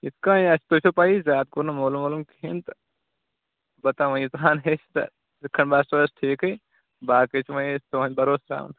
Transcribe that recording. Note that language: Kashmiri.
یِتھ کَنۍ آسِوُ تۄہہِ تۄہہِ چھو پَیی زیادٕ کوٚر نہٕ مولوٗم وولوٗم کِہیٖنۍ تہٕ پَتہ وۄںۍ ییٖژہَن ہیٚکۍ تہٕ یِتھ کَنۍ باسیو اَسہِ ٹھیٖکٕے باقٕے چھِ وۄنۍ أسۍ تُہُنٛدِ بَروس ترٛاوان